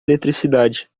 eletricidade